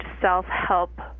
self-help